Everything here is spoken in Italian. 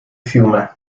fiume